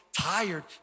tired